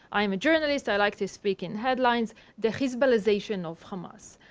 i am a journalist. i liked his speaking headlines the hizbullah-zation of hamas.